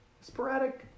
sporadic